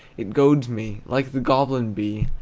it goads me, like the goblin bee,